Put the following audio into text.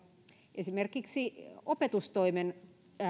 esimerkiksi opetustoimen